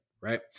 right